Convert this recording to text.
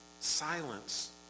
silence